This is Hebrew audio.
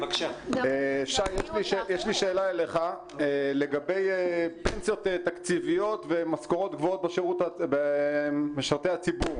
יש לי שאלה אליך לגבי פנסיות תקציביות ומשכורות גבוהות במשרתי הציבור.